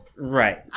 Right